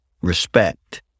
respect